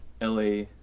LA